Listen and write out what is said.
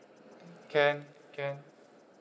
can can